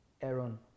Aaron